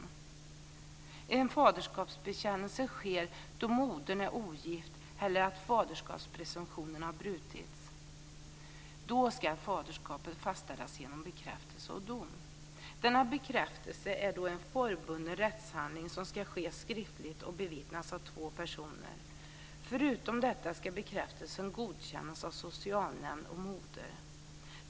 En faderskapsbekännelse sker då modern är ogift eller faderskapspresumtionen har brutits. Då ska faderskapet fastställas genom bekräftelse och dom. Denna bekräftelse är då en formbunden rättshandling som ska ske skriftligt och bevittnas av två personer. Förutom detta ska bekräftelsen godkännas av socialnämnd och moder.